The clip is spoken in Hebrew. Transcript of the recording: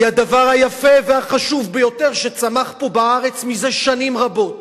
היא הדבר היפה והחשוב ביותר שצמח פה בארץ זה שנים רבות.